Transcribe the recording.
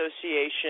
Association